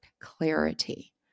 Clarity